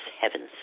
heavens